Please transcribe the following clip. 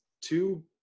two